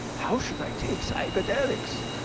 how should i take psychedelics?